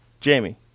jamie